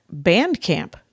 Bandcamp